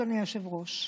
אדוני היושב-ראש,